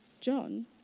John